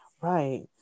right